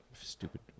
stupid